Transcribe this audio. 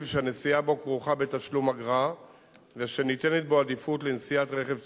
שהנסיעה בו כרוכה בתשלום אגרה ושניתנת בו עדיפות לנסיעת רכב ציבורי.